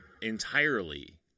entirely